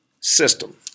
system